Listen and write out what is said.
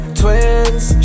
twins